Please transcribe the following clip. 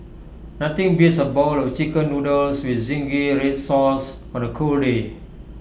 nothing beats A bowl of Chicken Noodles with Zingy Red Sauce on A cold day